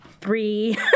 three